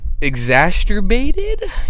exacerbated